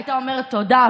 הייתה אומרת: תודה,